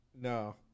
No